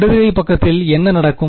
இடது கை பக்கத்தில் என்ன நடக்கும்